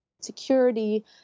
Security